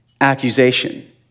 accusation